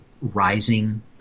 rising